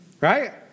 Right